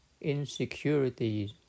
insecurities